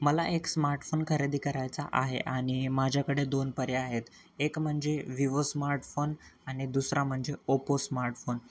मला एक स्मार्टफोन खरेदी करायचा आहे आणि माझ्याकडे दोन पर्याय आहेत एक म्हणजे विवो स्मार्टफोन आणि दुसरा म्हणजे ओपो स्मार्टफोन